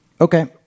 Okay